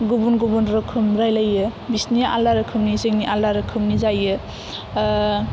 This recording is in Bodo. गुबुन गुबुन रोखोम रायलायो बिसिना आलादा रोखोमनि जोंनि आलदा रोखामनि जायो